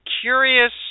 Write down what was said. curious